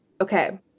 okay